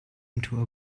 into